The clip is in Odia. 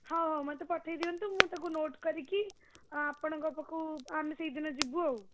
ହଁ ମୋତେ ପଠାଇ ଦିଅନ୍ତୁ ମୁଁ ତାକୁ ନୋଟ୍ କରିକି ଆପଣଙ୍କ ପାଖକୁ ଆମେ ସେଇ ଦିନ ଯିବୁ ଆଉ